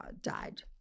died